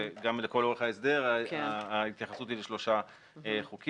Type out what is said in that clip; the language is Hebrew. ולכל אורך ההסדר ההתייחסות היא לשלושה חוקים.